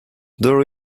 there